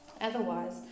Otherwise